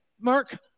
Mark